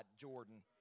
Jordan